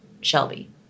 Shelby